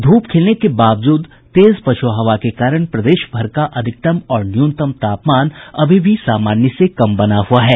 धूप खिलने के बावजूद तेज पछ्आ हवा के कारण प्रदेश भर का अधिकतम और न्यूनतम तापमान अभी भी सामान्य से कम बना हुआ है